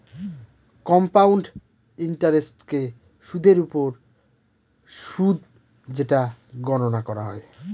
compound ইন্টারেস্টকে সুদের ওপর সুদ যেটা গণনা করা হয়